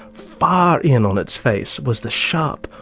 far in on its face, was the sharp,